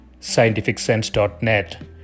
scientificsense.net